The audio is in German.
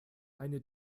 eine